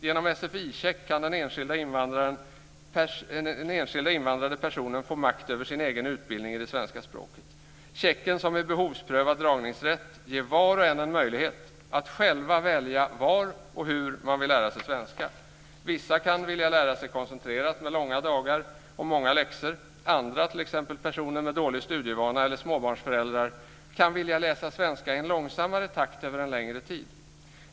Genom en sfi-check kan den enskilda invandrade personen få makt över sin egen utbildning i det svenska språket. Checken, som är en behovsprövad dragningsrätt, ger var och en möjlighet att själv välja var och hur vederbörande vill lära sig svenska. Vissa kan vilja lära sig koncentrerat med långa dagar och många läxor. Andra, t.ex. personer med dålig studievana eller småbarnsföräldrar, kan vilja läsa svenska i långsammare takt över en längre tid.